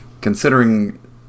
considering